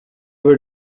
were